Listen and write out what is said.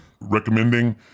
Recommending